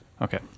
Okay